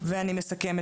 אני מסכמת.